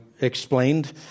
explained